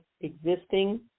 existing